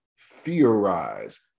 theorize